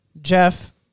Jeff